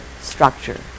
structure